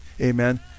amen